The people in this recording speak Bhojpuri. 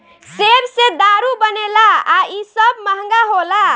सेब से दारू बनेला आ इ सब महंगा होला